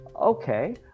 okay